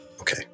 Okay